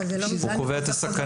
הוא קובע את הסכנה.